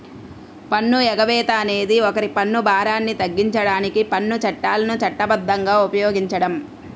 పన్ను ఎగవేత అనేది ఒకరి పన్ను భారాన్ని తగ్గించడానికి పన్ను చట్టాలను చట్టబద్ధంగా ఉపయోగించడం